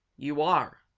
you are!